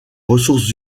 ressources